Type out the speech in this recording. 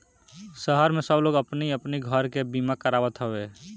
शहर में सब लोग अपनी अपनी घर के बीमा करावत हवे